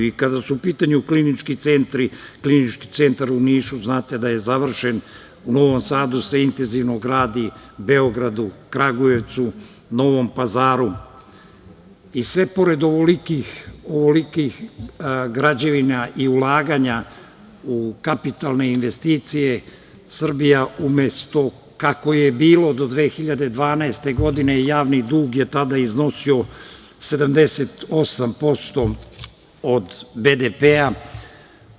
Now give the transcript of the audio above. Kada su u pitanju klinički centri, Klinički centar u Nišu znate da je završen, u Novom Sadu se intenzivno gradi, Beogradu, Kragujevcu, Novom Pazaru i sve pored ovolikih građevina i ulaganja u kapitalne investicije, Srbija umesto kako je bilo do 2012. godine javni dug je tada iznosio 78% od BDP-a.